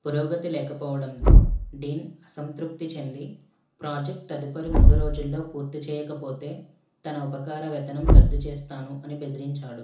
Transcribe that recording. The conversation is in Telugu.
పురోగతి లేకపోవడంతో డీన్ అసంతృప్తి చెంది ప్రాజెక్ట్ తదుపరి మూడు రోజులలో పూర్తి చేయకపోతే తన ఉపకారవేతనం రద్దుచేస్తాను అని బెదిరించాడు